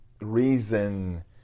reason